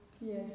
yes